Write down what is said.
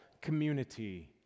community